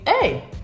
hey